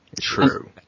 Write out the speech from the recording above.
true